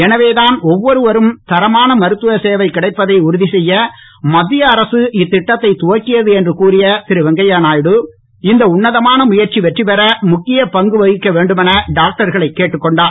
எனவேதான் ஒவ்வொருவருக்கும் தரமான மருத்துவ சேவை கிடைப்பதை உறுதி செய்ய மத்திய அரசு இத்திட்டத்தைத் துவக்கியது என்று கூறிய திருவெங்கைய நாயுடு இந்த உன்னதமான முயற்சி வெற்றிபெற முக்கிய பங்கு வகிக்க வேண்டுமென டாக்டர்களைக் கேட்டுக் கொண்டார்